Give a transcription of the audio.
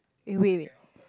eh wait wait